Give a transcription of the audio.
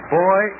boy